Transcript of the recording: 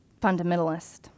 fundamentalist